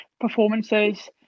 performances